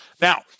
Now